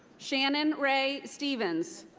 shannon rae stevens.